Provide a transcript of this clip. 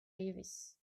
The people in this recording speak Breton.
evezh